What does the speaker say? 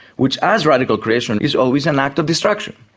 which as radical creation is always an act of destruction.